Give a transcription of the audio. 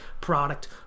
product